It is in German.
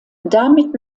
damit